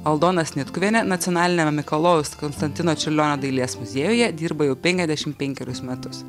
aldona snitkuvienė nacionaliniame mikalojaus konstantino čiurlionio dailės muziejuje dirba jau penkiasdešimt penkerius metus